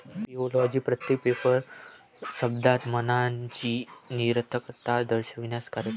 ऍपिओलॉजी प्रत्येक पेपर शब्दात मनाची निरर्थकता दर्शविण्याचे कार्य करते